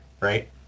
right